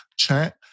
chat